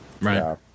Right